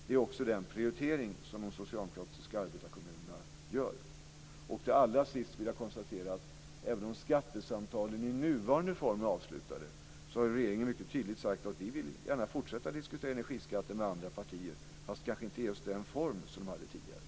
Det är också den prioritering som de socialdemokratiska arbetarekommunerna gör. Allra sist vill jag konstatera att även om skattesamtalen i nuvarande form är avslutade har regeringen mycket tydligt sagt att vi gärna vill fortsätta att diskutera energiskatter med andra partier fast kanske inte i just den form som de hade tidigare.